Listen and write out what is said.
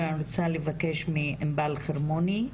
אבל אני רוצה לבקש מענבל חרמוני,